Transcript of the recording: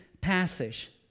passage